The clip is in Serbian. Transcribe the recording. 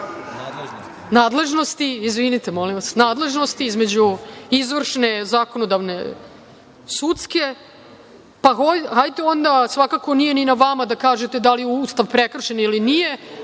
nadležnosti između izvršne, zakonodavne i sudske, pa onda nije svakako ni na vama da kažete da li je Ustav prekršen ili nije,